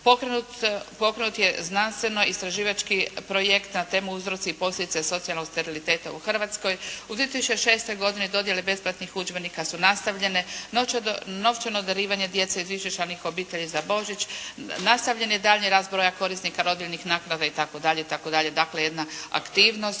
pokrenut je znanstveno-istraživački projekt na temu "Uzroci i posljedice socijalnog steriliteta u Hrvatskoj". U 2006. godini dodjele besplatnih udžbenika su nastavljene. Novčano darivanje djece u višečlanih obitelji za Božić, nastavljen je daljnji rast broja korisnika rodiljnih naknada, itd. itd. Dakle jedna aktivnost